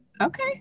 Okay